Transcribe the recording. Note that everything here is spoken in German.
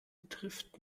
trifft